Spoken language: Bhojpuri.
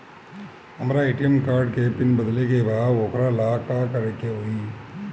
हमरा ए.टी.एम कार्ड के पिन बदले के बा वोकरा ला का करे के होई?